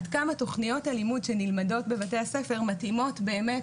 עד כמה תכניות הלימוד שנלמדות בבתי הספר מתאימות באמת